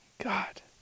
God